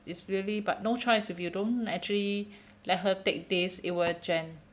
it's really but no choice if you don't actually let her take this it will jam